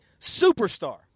Superstar